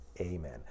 Amen